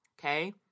Okay